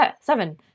seven